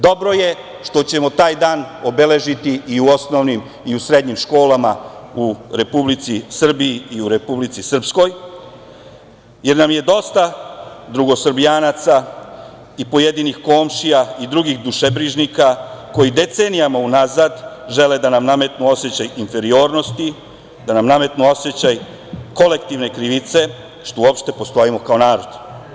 Dobro je što ćemo taj dan obeležiti i u osnovnim i u srednjim školama u Republici Srbiji i u Republici Srpskoj, jer nam je dosta drugosrbijanaca i pojedinih komšija i drugih dušebrižnika koji decenijama unazad žele da nam nametnu osećaj inferiornosti, da nam nametnu osećaj kolektivne krivice što uopšte postojimo kao narod.